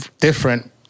different